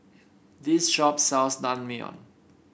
this shop sells Naengmyeon